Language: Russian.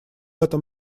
этом